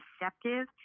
receptive